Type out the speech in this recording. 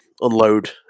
unload